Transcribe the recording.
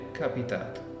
capitato